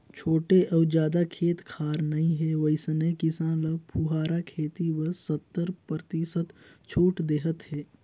छोटे अउ जादा खेत खार नइ हे वइसने किसान ल फुहारा खेती बर सत्तर परतिसत छूट देहत हे